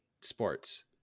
Sports